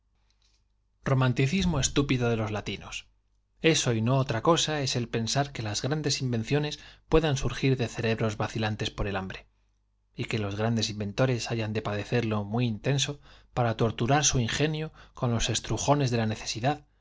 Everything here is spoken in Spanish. romanticismo estúpido de los latinos eso y no otra cosa es el pensar que las grandes invenciones puedan surgir de cerebros vacilantes por el hambre y que los grandes inventores hayañ de padecerlo muy intenso para torturar su ingenio con los estrujones de la necesidad